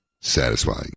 Satisfying